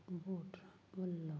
ਵੋਟਰਾਂ ਵੱਲੋਂ